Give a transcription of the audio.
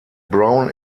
brown